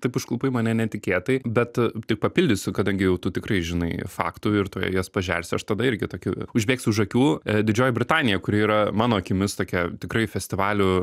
taip užklupai mane netikėtai bet tik papildysiu kadangi jau tu tikrai žinai faktų ir tuoj juos pažersi aš tada irgi tokių užbėgsiu už akių a didžioji britanija kuri yra mano akimis tokia tikrai festivalių